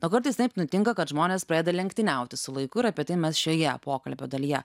o kartais taip nutinka kad žmonės pradeda lenktyniauti su laiku ir apie tai mes šioje pokalbio dalyje